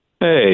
Hey